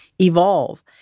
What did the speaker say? evolve